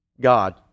God